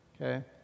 Okay